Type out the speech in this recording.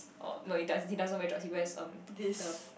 oh no he does he doesn't wear jots he wears um the